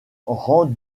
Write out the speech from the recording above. rang